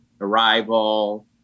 Arrival